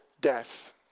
death